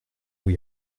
vous